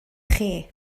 chi